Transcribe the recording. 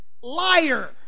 Liar